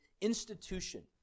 institution